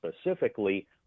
specifically